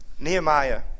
Nehemiah